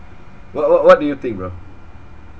wha~ wha~ what do you think bro